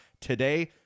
today